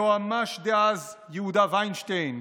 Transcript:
היועמ"ש דאז יהודה וינשטיין,